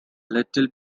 little